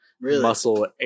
muscle